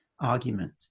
argument